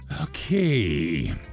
Okay